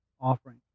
offering